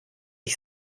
ich